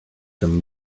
some